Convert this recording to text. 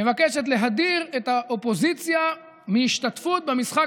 מבקשת להדיר את האופוזיציה מהשתתפות במשחק